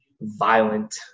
violent